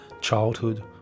childhood